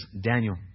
Daniel